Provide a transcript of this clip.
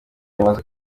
rimaze